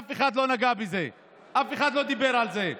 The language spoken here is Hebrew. אף אחד לא נגע בזה ואף אחד לא דיבר על זה,